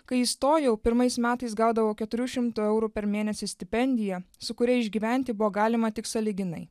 kai įstojau pirmais metais gaudavo keturių šimtų eurų per mėnesį stipendiją su kuria išgyventi buvo galima tik sąlyginai